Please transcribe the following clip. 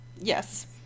Yes